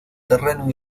terreno